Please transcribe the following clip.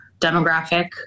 demographic